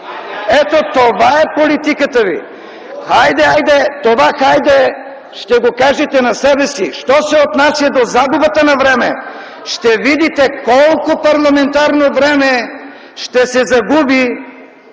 хайде. ЛЮТВИ МЕСТАН: Хайде, хайде – това „хайде” ще го кажете на себе си! Що се отнася до загубата на време, ще видите колко парламентарно време ще се загуби